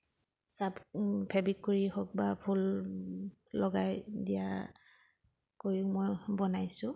চাফ ফেব্ৰিক কৰি হওক বা ফুল লগাই দিয়া কৰিও মই বনাইছোঁ